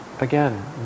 Again